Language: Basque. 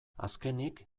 azkenik